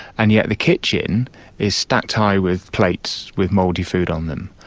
and yet the kitchen is stacked high with plates with mouldy food on them.